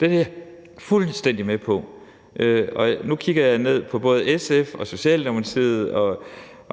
Det er jeg fuldstændig med på. Nu kigger jeg ned på både SF og Socialdemokratiet og